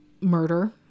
murder